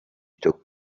took